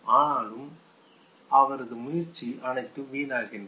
ஆனால் அவரது முயற்சி அனைத்தும் வீணாகின்றன